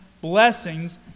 blessings